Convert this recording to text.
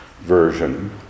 version